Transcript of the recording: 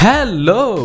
Hello